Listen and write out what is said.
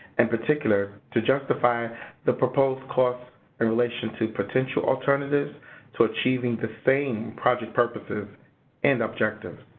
in particular, to justify the proposed costs in relation to potential alternatives to achieving the same project purposes and objectives.